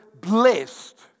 blessed